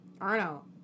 Arno